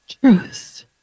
truth